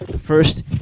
first